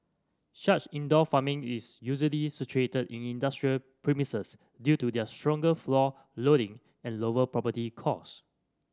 such indoor farming is usually situated in industrial premises due to their stronger floor loading and lower property costs